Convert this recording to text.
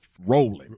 rolling